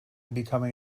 becoming